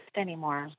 anymore